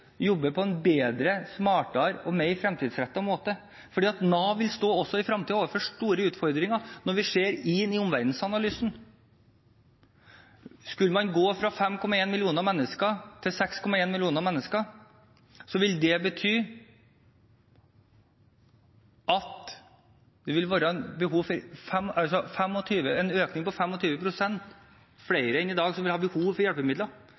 jobber på en bedre, smartere og mer fremtidsrettet måte. For Nav vil også i fremtiden stå overfor store utfordringer. Når vi ser på omverdensanalysen – går man fra 5,1 millioner til 6,1 millioner mennesker, vil det være 25 pst. flere enn i dag som har behov for hjelpemidler. Vi vil ha et overskudd på 200 000 av ufaglært arbeidskraft, og vi vil ha behov for